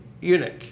eunuch